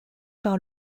par